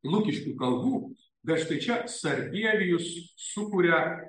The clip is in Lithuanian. lukiškių kalvų bet štai čia sarbievijus sukuria